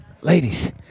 Ladies